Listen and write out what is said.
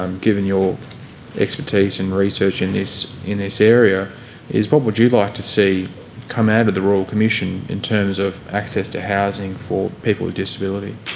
um given your expertise in research in this in this area is what would you like to see come out of the royal commission in terms of access to housing for people with disability?